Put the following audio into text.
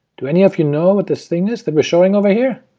do any of you know what this thing is that we're showing over here?